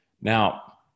Now